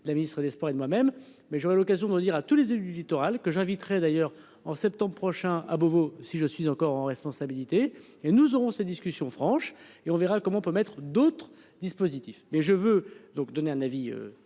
La ministre des Sports et de moi même mais j'aurai l'occasion de le dire à tous les élus du littoral que j'inviterais d'ailleurs en septembre prochain à Beauvau. Si je suis encore en responsabilité et nous aurons ces discussions franches et on verra comment on peut mettre d'autres dispositifs mais je veux donc donné un avis